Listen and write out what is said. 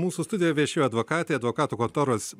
mūsų studijoj viešėjo advokatė advokatų kontoros